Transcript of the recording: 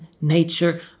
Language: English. nature